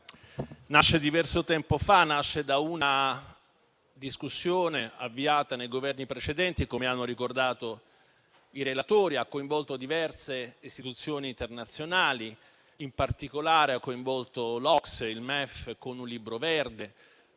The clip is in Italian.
nasce diverso tempo fa da una discussione avviata nei Governi precedenti - come hanno ricordato i relatori - coinvolge diverse istituzioni internazionali (in particolare l'OCSE) e il MEF con il Libro verde,